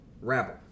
rabble